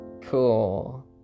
Cool